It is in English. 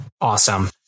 Awesome